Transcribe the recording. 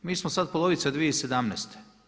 Mi smo sad polovica 2017.